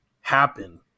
happen